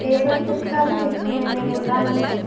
ఏ bus ఎక్కాలి నేను వెళ్ళాలంటే